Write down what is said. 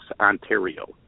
Ontario